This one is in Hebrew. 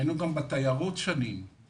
היינו גם בתיירות שנים.